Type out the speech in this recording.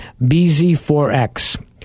BZ4X